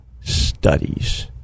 studies